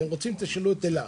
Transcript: אתם רוצים תשאלו את אילת.